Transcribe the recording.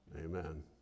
Amen